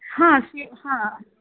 ہاں جی ہاں